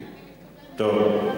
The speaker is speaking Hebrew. כן, כן.